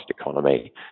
economy